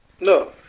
No